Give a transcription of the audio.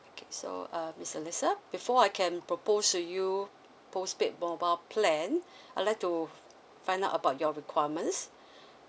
okay so uh miss alisa before I can propose to you postpaid mobile plan I'd like to find out about your requirements